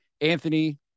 Anthony